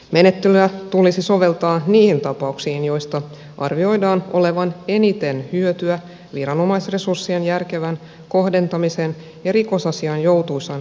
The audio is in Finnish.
menettelyä tulisi soveltaa niihin tapauksiin joista arvioidaan olevan eniten hyötyä viranomaisresurssien järkevän kohdentamisen ja rikosasiain joutuisan käsittelyn kannalta